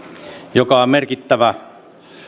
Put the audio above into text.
joka on merkittävä